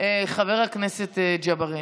חבר הכנסת ג'בארין.